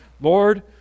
Lord